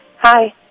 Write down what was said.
Hi